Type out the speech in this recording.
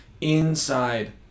inside